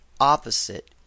opposite